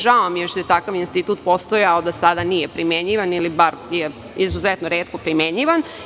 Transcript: Žao mi je što je takav institut postojao a do sada nije primenjivan, ili je izuzetno retko primenjivan.